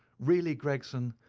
really, gregson,